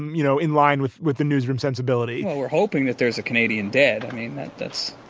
you know, in line with with the newsroom sensibility we're hoping that there's a canadian dead. i mean, that this